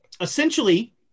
essentially